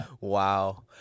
Wow